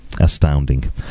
Astounding